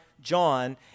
John